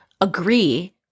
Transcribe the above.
agree